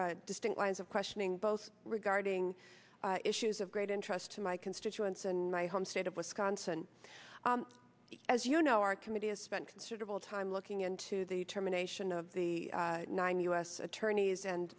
two distinct lines of questioning both regarding issues of great interest to my constituents and i hope state of wisconsin as you know our committee has spent considerable time looking into the terminations of the nine u s attorneys and